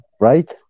Right